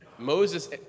Moses